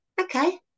Okay